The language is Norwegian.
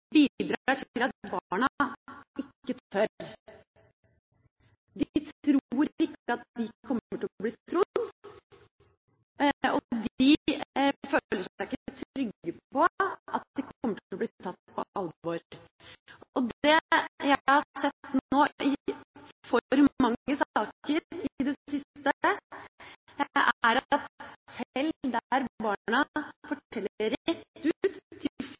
bidrar til at barna ikke tør. De tror ikke at de kommer til å bli trodd, og de føler seg ikke trygge på at de kommer til å bli tatt på alvor. Det jeg har sett i for mange saker i det siste, er at sjøl der barna forteller rett ut